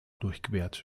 durchquert